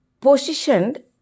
positioned